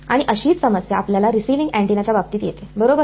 आणि अशीच समस्या आपल्या रिसिविंग अँटिना च्या बाबतीत येते बरोबर